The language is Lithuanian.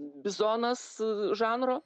bizonas žanro